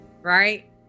right